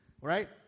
right